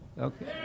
Okay